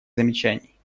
замечаний